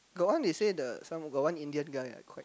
got one they say the some got one the Indian guy ah quite